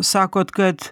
sakot kad